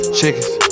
chickens